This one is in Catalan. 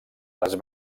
les